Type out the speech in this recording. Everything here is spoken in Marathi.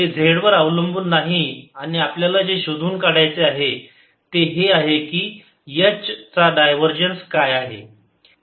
ते z वर अवलंबून नाही आणि आपल्याला जे शोधून काढायचे आहे ते हे आहे की H चा डायवरजन्स काय आहे